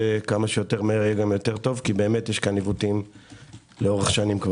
וכמה שיותר מהר יותר טוב כי יש פה עיוותים לאורך שנים.